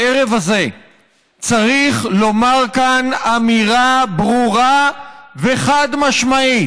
בערב הזה צריך לומר כאן אמירה ברורה וחד-משמעית: